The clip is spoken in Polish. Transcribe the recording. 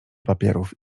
papierów